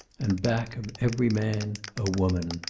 and back of every man, a woman.